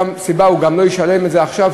הוא גם לא ישלם את זה עכשיו,